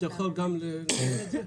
אתה יכול גם לשיר את זה?